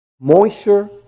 Moisture